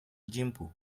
gimpo